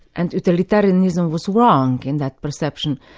and totalitarianism was wrong in that perception.